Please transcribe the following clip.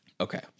Okay